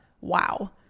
Wow